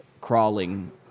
crawling